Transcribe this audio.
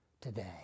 today